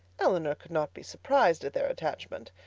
elinor could not be surprised at their attachment.